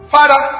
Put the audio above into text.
Father